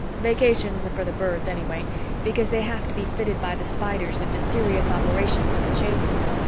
vacations are for the birds, anyway, because they have to be fitted by the spiders into serious operations of the change war,